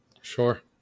sure